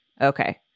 Okay